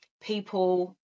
people